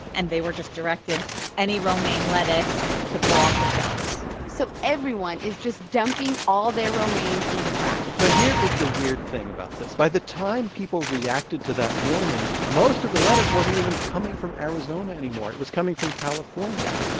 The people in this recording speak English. and they were just directed any romaine lettuce to pull off the shelves so everyone is just dumping all their romaine in the trash but here is the weird thing about the time people reacted to that warning, most of the lettuce wasn't even coming from arizona anymore. it was coming from california.